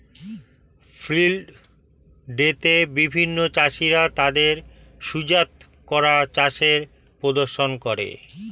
field day তে বিভিন্ন চাষীরা তাদের সুজাত করা চাষের প্রদর্শন করে